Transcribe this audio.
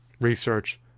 research